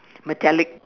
metallic